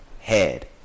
head